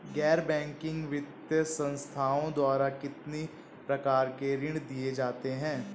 गैर बैंकिंग वित्तीय संस्थाओं द्वारा कितनी प्रकार के ऋण दिए जाते हैं?